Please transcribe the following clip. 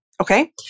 okay